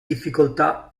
difficoltà